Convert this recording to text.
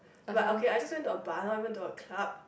but okay I just went to a bar not even to a club